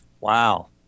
Wow